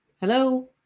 hello